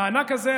המענק הזה,